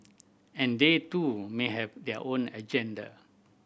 and they too may have their own agenda